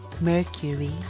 Mercury